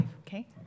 okay